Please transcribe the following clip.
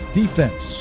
defense